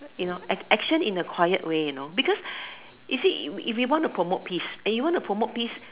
you know action in a quiet way you know because you see if you want to promote peace and you want to promote peace